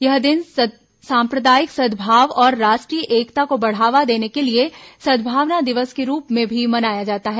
यह दिन साम्प्रदायिक सद्भाव और राष्ट्रीय एकता को बढावा देने के लिए सद्भावना दिवस के रूप में भी मनाया जाता है